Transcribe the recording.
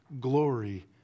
glory